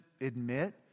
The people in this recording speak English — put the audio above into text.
admit